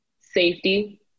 safety